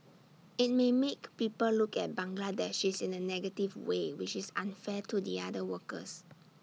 IT may make people look at Bangladeshis in A negative way which is unfair to the other workers